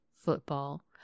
football